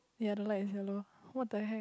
ya don't like ya lor what the heck